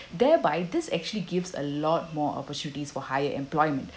thereby this actually gives a lot more opportunities for higher employment